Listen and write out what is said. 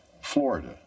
Florida